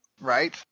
Right